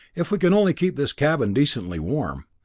if we can only keep this cabin decently warm.